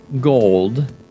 gold